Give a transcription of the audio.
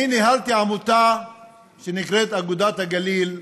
אני ניהלתי עמותה שנקראת "אגודת הגליל"